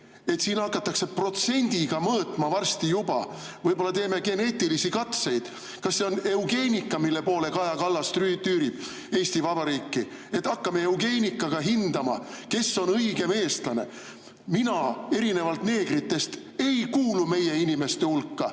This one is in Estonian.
et siin hakatakse protsendiga mõõtma varsti juba. Võib-olla teeme geneetilisi katseid. Kas see on eugeenika, mille poole Kaja Kallas tüürib Eesti Vabariiki, et hakkame eugeenika abil hindama, kes on õigem eestlane? Mina erinevalt neegritest ei kuulu meie inimeste hulka